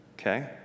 Okay